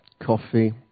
coffee